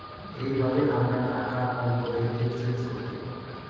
এইভাবে আমরা টাকার অন্তরে এক্সচেঞ্জ করতে পাবো